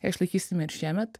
ją išlaikysime ir šiemet